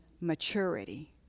maturity